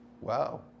wow